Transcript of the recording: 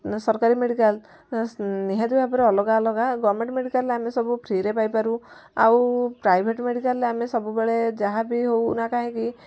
ନା ସରକାରୀ ମେଡ଼ିକାଲ ନିହାତି ଭାବରେ ଅଲଗା ଅଲଗା ଗଭର୍ଣ୍ଣମେଣ୍ଟ ମେଡ଼ିକାଲ ଆମେ ସବୁ ଫ୍ରିରେ ପାଇପାରୁ ଆଉ ପ୍ରାଇଭେଟ ମେଡ଼ିକାଲରେ ଆମେ ସବୁବେଳେ ଯାହା ବି ହେଉନା କାହିଁକି